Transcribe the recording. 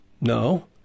No